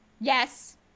Yes